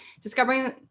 discovering